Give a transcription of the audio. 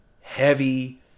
heavy